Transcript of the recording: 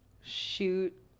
Shoot